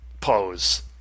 pose